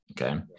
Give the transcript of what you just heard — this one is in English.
Okay